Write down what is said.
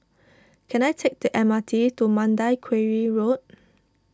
can I take the M R T to Mandai Quarry Road